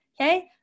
Okay